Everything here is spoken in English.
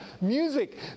music